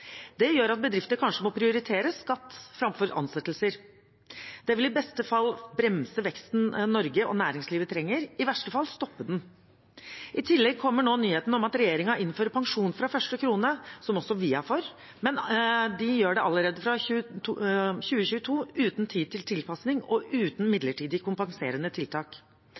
Det gjør at bedrifter kanskje må prioritere skatt framfor ansettelser. Det vil i beste fall bremse veksten Norge og næringslivet trenger – i verste fall stoppe den. I tillegg kommer nå nyheten om at regjeringen innfører pensjon fra første krone, som også vi er for, men de gjør det allerede fra 2022, uten tid til tilpasning og uten midlertidig kompenserende tiltak.